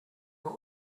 but